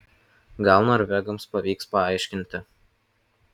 gal norvegams pavyks paaiškinti